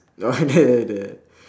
oh I remember that